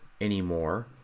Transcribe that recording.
anymore